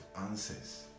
Answers